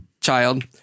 child